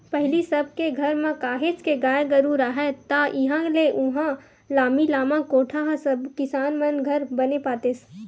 पहिली सब के घर म काहेच के गाय गरु राहय ता इहाँ ले उहाँ लामी लामा कोठा ह सबे किसान मन घर बने पातेस